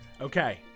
Okay